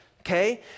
Okay